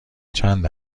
چند